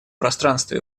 пространства